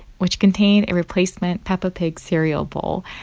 which contained a replacement peppa pig cereal bowl.